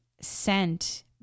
sent